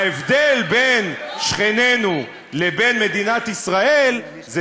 ההבדל בין שכנינו לבין מדינת ישראל זה